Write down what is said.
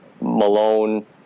Malone